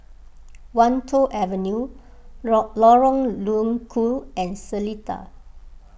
Wan Tho Avenue law Lorong Low Koon and Seletar